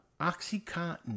OxyContin